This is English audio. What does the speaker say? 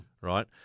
right